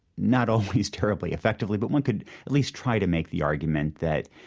not always terribly effectively, but one could at least try to make the argument that,